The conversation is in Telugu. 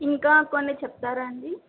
ఇంకా కొన్ని చెప్తారా అండీ